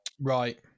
right